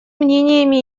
мнениями